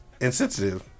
insensitive